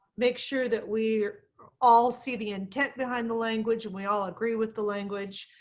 make sure that we all see the intent behind the language and we all agree with the language.